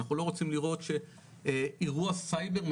אנחנו לא רוצים לראות שאירוע סייבר,